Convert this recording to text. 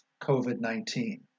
COVID-19